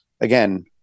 again